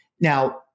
Now